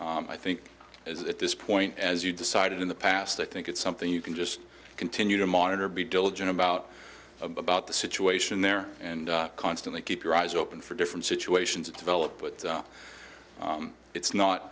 i think as at this point as you decided in the past i think it's something you can just continue to monitor be diligent about about the situation there and constantly keep your eyes open for different situations and develop with it's not